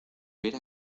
ver